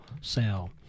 sell